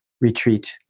retreat